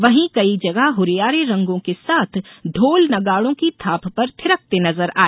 वहीं कई जगह हुरियारे रंगों के साथ ढोल नगाडो की थाप पर थिरकते नजर आए